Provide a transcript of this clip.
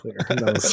clear